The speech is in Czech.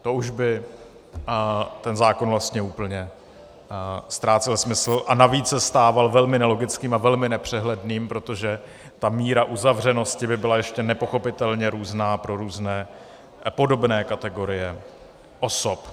To už by ten zákon úplně ztrácel smysl a navíc se stával velmi nelogickým a velmi nepřehledným, protože ta míra uzavřenosti by byla ještě nepochopitelně různá pro různé podobné kategorie osob.